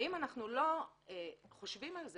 האם אנחנו לא חושבים על זה